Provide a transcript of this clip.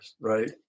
right